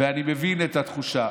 ואני מבין את התחושה,